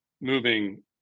moving